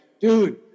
dude